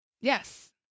yes